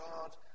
God